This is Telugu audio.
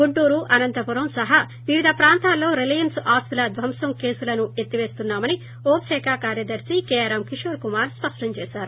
గుంటూరు అనంతపురం సహా వివిధ ప్రాంతాల్లో రిలయన్స్ ఆస్తుల ధ్వంసం కేసులను ఎత్తి పేసున్నామని హోంశాఖ కార్యదర్ని కేఆర్ఎం కిశోర్ కుమార్ స్పష్టం చేశారు